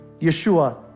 Yeshua